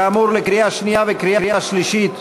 כאמור, לקריאה שנייה וקריאה שלישית.